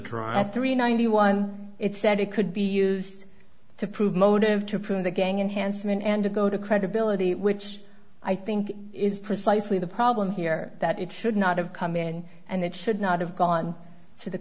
at three ninety one it said it could be used to prove motive to prove the gang enhanced men and to go to credibility which i think is precisely the problem here that it should not have come in and it should not have gone to the